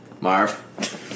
Marv